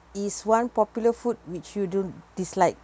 is one popular food which you do dislike